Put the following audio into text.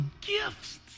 gifts